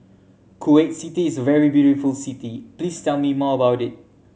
Kuwait City is a very beautiful city please tell me more about it